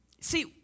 see